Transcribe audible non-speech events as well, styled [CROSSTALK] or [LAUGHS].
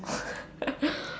[LAUGHS]